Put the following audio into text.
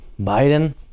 Biden